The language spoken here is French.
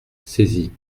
saisi